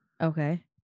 okay